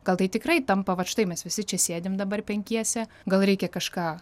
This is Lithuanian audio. gal tai tikrai tampa vat štai mes visi čia sėdim dabar penkiese gal reikia kažką